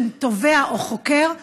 עם תובע או חוקר,